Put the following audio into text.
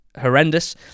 horrendous